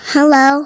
Hello